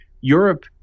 Europe